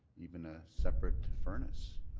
even a separate furnace,